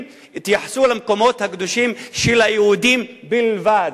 התייחסו למקומות הקדושים של היהודים בלבד.